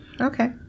Okay